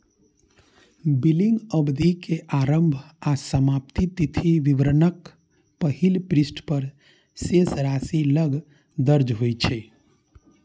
billing अवधि के आरंभ आ समाप्ति तिथि विवरणक पहिल पृष्ठ पर शेष राशि लग दर्ज होइ छै